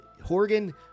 Horgan